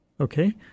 Okay